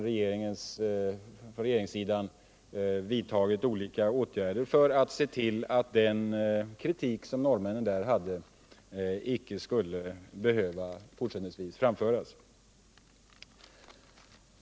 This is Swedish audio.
Regeringen har därför vidtagit åtgärder för att se till att den kritik som norrmännen riktade mot oss fortsättningsvis icke skall behöva framföras.